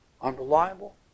unreliable